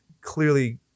clearly